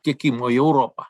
tiekimo į europą